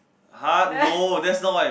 !huh! no that's not what I